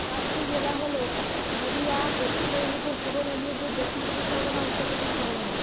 পাঁচটি জেলা হলো নদিয়া পশ্চিম মেদিনীপুর পূর্ব মেদিনীপুর দক্ষিণ চব্বিশ পরগনা উত্তর চব্বিশ পরগনা